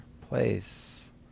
place